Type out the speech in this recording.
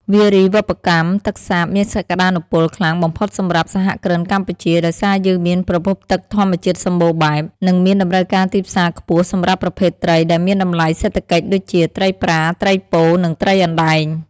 វារីវប្បកម្មទឹកសាបមានសក្ដានុពលខ្លាំងបំផុតសម្រាប់សហគ្រិនកម្ពុជា ដោយសារយើងមានប្រភពទឹកធម្មជាតិសម្បូរបែប និងមានតម្រូវការទីផ្សារខ្ពស់សម្រាប់ប្រភេទត្រីដែលមានតម្លៃសេដ្ឋកិច្ចដូចជាត្រីប្រា ត្រីពោធិ៍ និងត្រីអណ្ដែង។